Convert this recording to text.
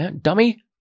Dummy